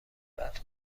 بعد